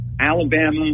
Alabama